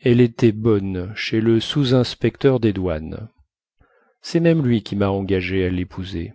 elle était bonne chez le sousinspecteur des douanes cest même lui qui ma engagé à lépouser